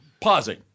Pausing